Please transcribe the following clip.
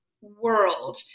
world